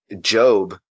Job